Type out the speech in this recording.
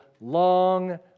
Long